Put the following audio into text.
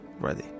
ready